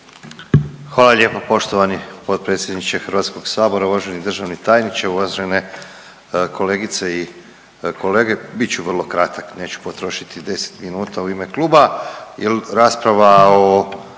Hvala lijepo poštovani potpredsjedniče HS, uvaženi državni tajniče, uvažene kolegice i kolege. Bit ću vrlo kratak, neću potrošiti 10 minuta u ime kluba